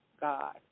God